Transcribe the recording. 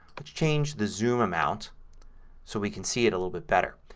but change the zoom amount so we can see it a little bit better.